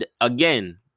again